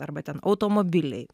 arba ten automobiliai